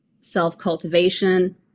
self-cultivation